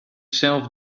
zelf